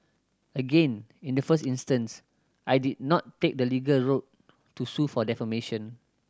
again in the first instance I did not take the legal route to sue for defamation